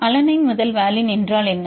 alanine முதல் valine என்றால் என்ன